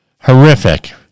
Horrific